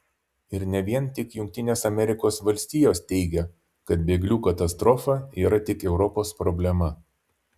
ir ne vien tik jungtinės amerikos valstijos teigia kad bėglių katastrofa yra tik europos problema